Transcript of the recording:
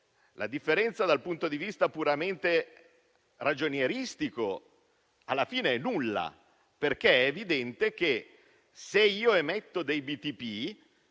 La differenza, dal punto di vista puramente ragionieristico, alla fine è nulla, perché è evidente che, se emetto BTP,